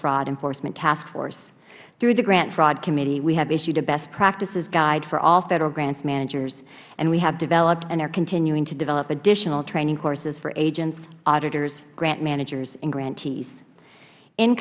fraud enforcement taskforce through the grant fraud committee we have issued a best practices guide for all federal grants managers we also have developed and are continuing to develop additional training courses for agents auditors grant managers and grantees in